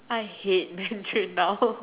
I hate Mandarin now